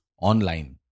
online